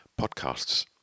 podcasts